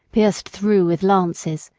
pierced through with lances,